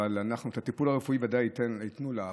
את הטיפול הרפואי ודאי ייתנו לה,